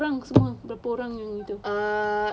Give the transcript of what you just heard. abeh berapa orang semua berapa orang yang itu